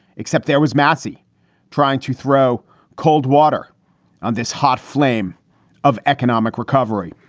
except there was massy trying to throw cold water on this hot flame of economic recovery.